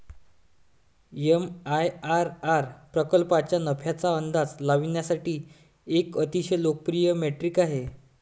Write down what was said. MIRR प्रकल्पाच्या नफ्याचा अंदाज लावण्यासाठी एक अतिशय लोकप्रिय मेट्रिक आहे